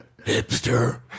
Hipster